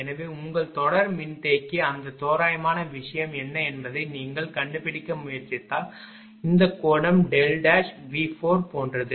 எனவே உங்கள் தொடர் மின்தேக்கி அந்த தோராயமான விஷயம் என்ன என்பதை நீங்கள் கண்டுபிடிக்க முயற்சித்தால் இந்த கோணம் V4 போன்றது